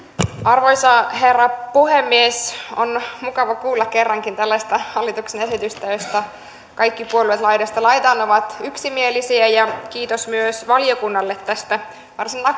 arvoisa herra puhemies on mukava kuulla kerrankin tällaista hallituksen esitystä josta kaikki puolueet laidasta laitaan ovat yksimielisiä ja kiitos myös valiokunnalle tästä varsin